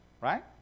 right